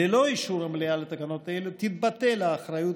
ללא אישור המליאה לתקנות אלה תתבטל האחריות